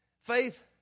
Faith